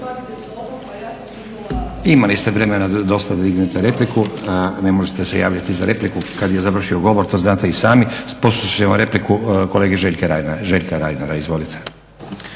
Imali ste dovoljno vremena za repliku. Ne možete se javljati za repliku kada je završio govor to znate i sami. Poslušat ćemo repliku kolege Željka Reiner. **Reiner,